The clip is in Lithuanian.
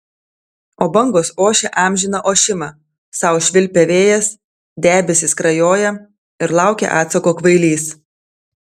o bangos ošia amžiną ošimą sau švilpia vėjas debesys skrajoja ir laukia atsako kvailys